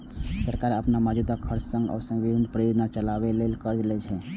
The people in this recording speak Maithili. सरकार अपन मौजूदा खर्चक संग संग विभिन्न परियोजना चलाबै ले कर्ज लै छै